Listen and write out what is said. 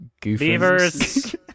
Beavers